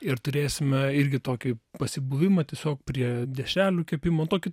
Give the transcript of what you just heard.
ir turėsime irgi tokį pasibuvimą tiesiog prie dešrelių kepimo tokį